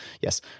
Yes